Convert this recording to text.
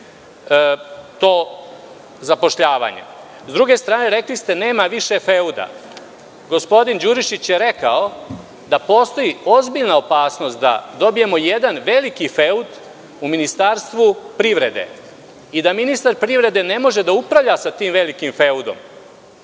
to zapošljavanje?S druge strane, rekli ste – nema više feuda. Gospodin Đurišić je rekao da postoji ozbiljna opasnost da dobijemo jedan veliki feud u Ministarstvu privrede i da ministar privrede ne može da upravlja sa tim velikim feudom,